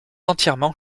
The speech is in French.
entièrement